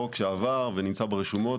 חוק שעבר ונמצא ברשומות,